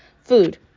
Food